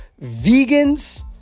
Vegans